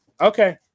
Okay